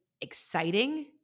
exciting